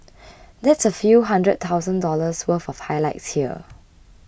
that's a few hundred thousand dollars worth of highlights here